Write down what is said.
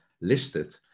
listed